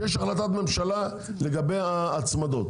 שיש החלטת ממשלה לגבי ההצמדות,